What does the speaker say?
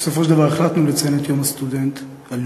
בסופו של דבר החלטנו לציין את יום הסטודנט הלאומי.